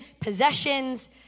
possessions